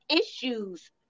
issues